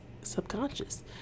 subconscious